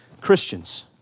Christians